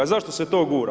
A zašto se to gura?